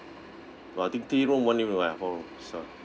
but I think three room one living room are four room so ya